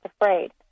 afraid